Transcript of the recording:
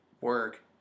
work